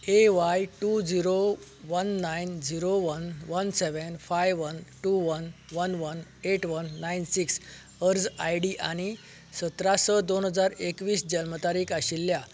ए Y two zero one nine zero one one seven five one two one one one eight one nine six अर्ज I D आनी सतरासो दोन हजार एकवीस जल्मतारीख आशिल्ल्या